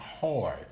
hard